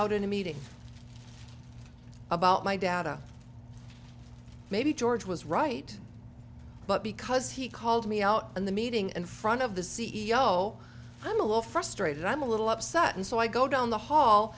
out in a meeting about my data maybe george was right but because he called me out in the meeting in front of the c e o i'm a little frustrated i'm a little upset and so i go down the hall